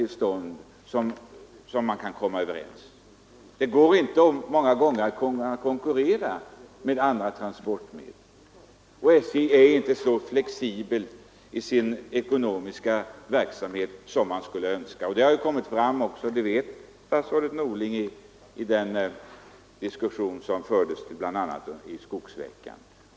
Många gånger går det inte att konkurrera med andra transportmedel, och SJ är inte så flexibelt i sin ekonomiska verksamhet som man skulle önska. Som statsrådet Norling vet kom detta också fram i de diskussioner som fördes under skogsveckan.